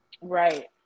Right